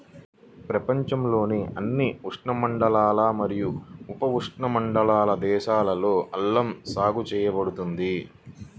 ప్రపంచంలోని అన్ని ఉష్ణమండల మరియు ఉపఉష్ణమండల దేశాలలో అల్లం సాగు చేయబడుతుంది